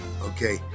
Okay